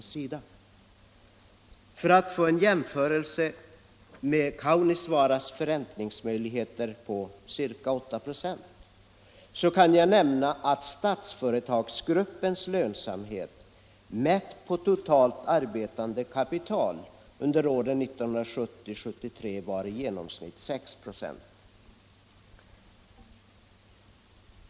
Som jämförelse med Kaunisvaaraprojektets förräntningsmöjligheter på ca 8 96 kan jag nämna att Statsföretagsgruppens lönsamhet mätt på totalt arbetande kapital under åren 1970-1973 var i genomsnitt 6 96.